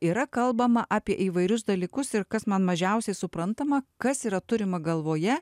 yra kalbama apie įvairius dalykus ir kas man mažiausiai suprantama kas yra turima galvoje